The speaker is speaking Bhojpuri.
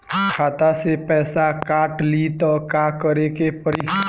खाता से पैसा काट ली त का करे के पड़ी?